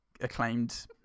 Acclaimed